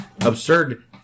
absurd